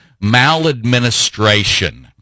maladministration